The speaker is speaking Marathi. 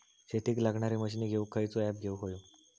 शेतीक लागणारे मशीनी घेवक खयचो ऍप घेवक होयो?